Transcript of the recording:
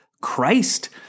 Christ